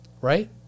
right